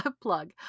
plug